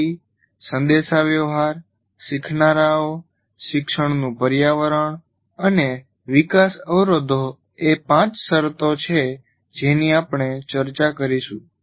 સામગ્રી સંદેશાવ્યવહાર શીખનારાઓ શિક્ષણનું પર્યાવરણ અને વિકાસ અવરોધો એ પાંચ શરતો છે જેની આપણે ચર્ચા કરીશું